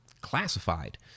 classified